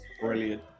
Brilliant